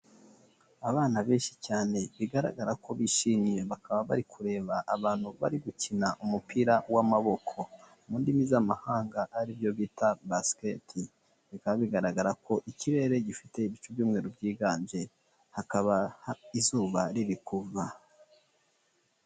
Abana benshi cyane bigaragara ko bishimye, bakaba bari kureba abantu bari gukina umupira w'amaboko, mu ndimi z'amahanga aribyo bita basket, bikaba bigaragara ko ikirere gifite ibicu iby'umweru byiganje, hakaba izuba riri kuva.